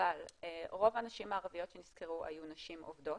אבל רוב הנשים הערביות שנסקרו היו נשים עובדות,